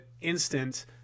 instant